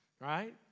right